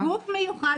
שיהיה גוף מיוחד,